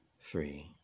three